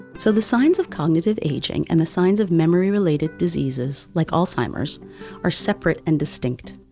so the signs of cognitive aging and the signs of memory related diseases, like alzheimer's are separate and distinct.